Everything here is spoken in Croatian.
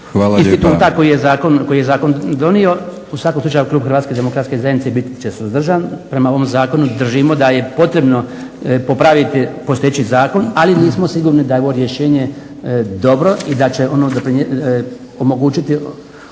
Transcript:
instituta koje je zakon donio. U svakom slučaju klub HDZ-a biti će suzdržan prema ovom zakonu. Držimo da je potrebno popraviti postojeći zakon ali nismo sigurni da je ovo rješenje dobro i da će ono omogućiti